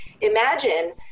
Imagine